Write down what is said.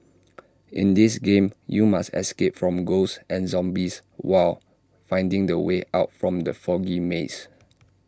in this game you must escape from ghosts and zombies while finding the way out from the foggy maze